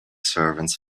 servants